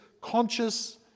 conscious